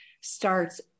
starts